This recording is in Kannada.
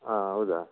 ಹಾಂ ಹೌದಾ